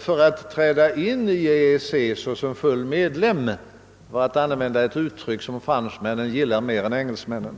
för att inträda i EEC såsom full medlem — för att använda ett uttryck som fransmännen gillar mer än engelsmännen.